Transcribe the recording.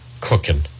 cooking